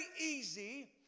easy